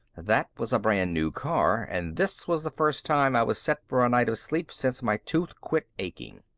that was a brand-new car. and this was the first time i was set for a night of sleep since my tooth quit aching.